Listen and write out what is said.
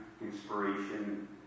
inspiration